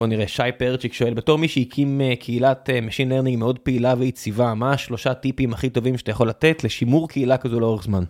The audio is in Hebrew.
בוא נראה, שי פרצ'יק שואל, בתור מי שיקים קהילת Machine Learning מאוד פעילה ויציבה, מה השלושה טיפים הכי טובים שאתה יכול לתת לשימור קהילה כזו לאורך זמן?